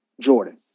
Jordan